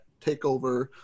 TakeOver